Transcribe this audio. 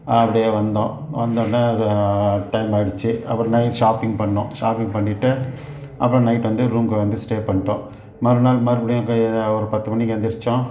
அப்டியே வந்தோம் வந்தோடன டைம் ஆகிடுச்சி அப்புறம் நைட் ஷாப்பிங் பண்ணோம் ஷாப்பிங் பண்ணிட்டு அப்புறம் நைட் வந்து ரூம்குள்ளே வந்து ஸ்டே பண்ணிட்டோம் மறுநாள் மறுபடியும் ஒரு பத்து மணிக்கு எழுந்திரிச்சோம்